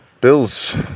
bills